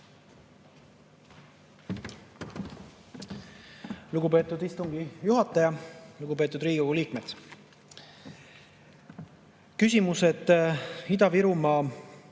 Lugupeetud istungi juhataja! Lugupeetud Riigikogu liikmed! Küsimused on Ida-Virumaa